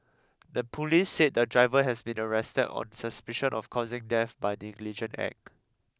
the police said the driver has been arrested on suspicion of causing death by negligent act